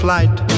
light